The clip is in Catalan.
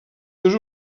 seus